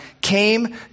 came